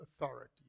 authority